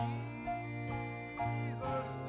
Jesus